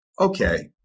okay